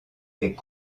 est